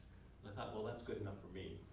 i thought, well, that's good enough for me.